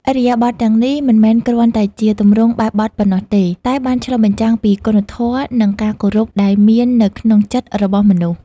ឥរិយាបថទាំងនេះមិនមែនគ្រាន់តែជាទម្រង់បែបបទប៉ុណ្ណោះទេ តែបានឆ្លុះបញ្ចាំងពីគុណធម៌ និងការគោរពដែលមាននៅក្នុងចិត្តរបស់មនុស្ស។